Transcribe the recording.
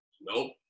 Nope